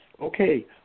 Okay